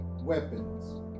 weapons